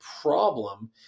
problem